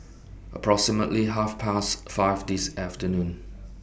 approximately Half Past five This afternoon